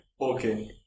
Okay